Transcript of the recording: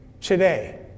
today